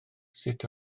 sut